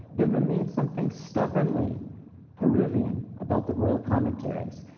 their remains something stubbornly peruvian about the royal commentaries,